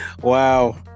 wow